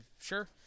sure